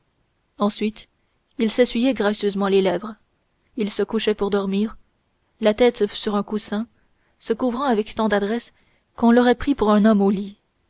ensuite il s'essuyait gracieusement les lèvres il se couchait pour dormir la tête sur un coussin se couvrant avec tant d'adresse qu'on l'aurait pris pour un homme au lit